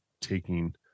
taking